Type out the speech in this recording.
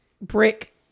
brick